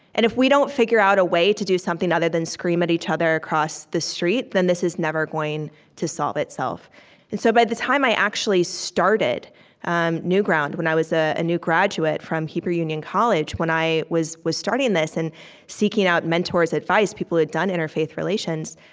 and if we don't figure out a way to do something other than scream at each other across the street, then this is never going to solve itself and so by the time i actually started and newground, when i was ah a new graduate from cooper union college, when i was was starting this and seeking out mentors' advice, people who had done interfaith relations,